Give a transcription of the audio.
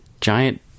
giant